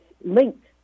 linked